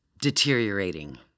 deteriorating